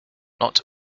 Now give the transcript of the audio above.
not